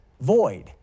void